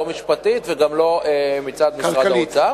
לא משפטית וגם לא מצד משרד האוצר,